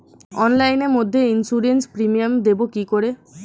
অনলাইনে মধ্যে insurance premium দেবো কি করে?